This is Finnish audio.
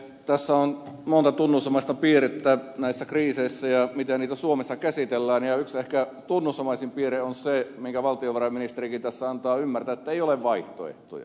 tässä on monta tunnusomaista piirrettä näissä kriiseissä ja siinä miten niitä suomessa käsitellään ja yksi ehkä tunnusomaisin piirre on se minkä valtiovarainministerikin tässä antaa ymmärtää että ei ole vaihtoehtoja